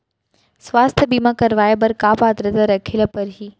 स्वास्थ्य बीमा करवाय बर का पात्रता रखे ल परही?